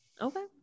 Okay